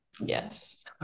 Yes